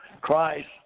Christ